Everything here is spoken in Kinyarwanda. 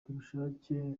ubushake